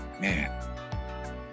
man